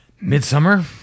Midsummer